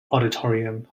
auditorium